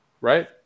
Right